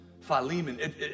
Philemon